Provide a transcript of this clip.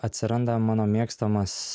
atsiranda mano mėgstamas